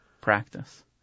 practice